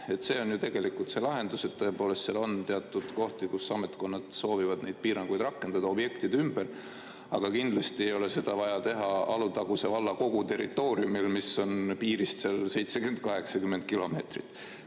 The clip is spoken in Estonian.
See on ju tegelikult see lahendus. Tõepoolest, seal on teatud kohti, kus ametkonnad soovivad neid piiranguid rakendada objektide ümber, aga kindlasti ei ole vaja seda teha Alutaguse valla kogu territooriumil, mis on piirist 70–80 kilomeetrit.